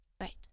Right